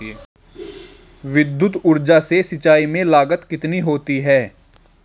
विद्युत ऊर्जा से सिंचाई में लागत कितनी होती है?